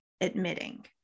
admitting